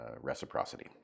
reciprocity